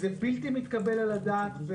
זה בלתי מתקבל על הדעת.